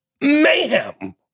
Mayhem